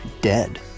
dead